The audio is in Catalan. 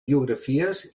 biografies